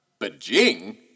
Beijing